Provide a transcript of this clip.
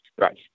Right